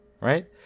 Right